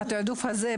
התיעדוף הזה,